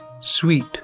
sweet